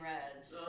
Reds